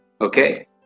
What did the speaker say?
Okay